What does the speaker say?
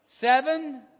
Seven